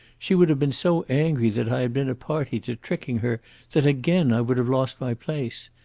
she would have been so angry that i had been a party to tricking her that again i would have lost my place.